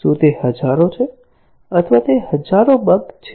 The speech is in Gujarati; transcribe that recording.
શું તે હજારો છે અથવા તે હજારો બગ છે